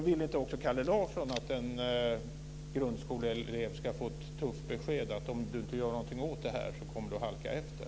Vill inte också Kalle Larsson att en grundskoleelev ska få detta tuffa besked: Om du inte gör någonting åt det här kommer du att halka efter?